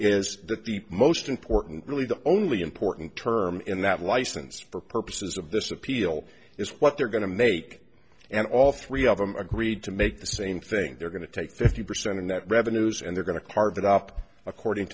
is that the most important really the only important term in that license for purposes of this appeal is what they're going to make and all three of them agreed to make the same thing they're going to take fifty percent and that revenues and they're going to carve it up according